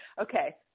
okay